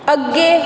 ਅੱਗੇ